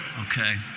Okay